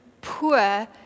poor